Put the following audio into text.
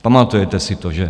Pamatujete si to, že?